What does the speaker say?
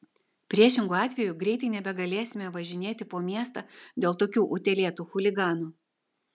priešingu atveju greitai nebegalėsime važinėti po miestą dėl tokių utėlėtų chuliganų